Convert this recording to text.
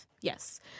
Yes